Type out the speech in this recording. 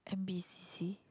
N_p_c_C